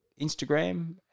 instagram